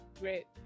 Great